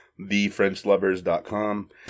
thefrenchlovers.com